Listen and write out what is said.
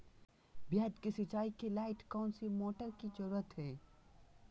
प्याज की सिंचाई के लाइट कौन सी मोटर की जरूरत है?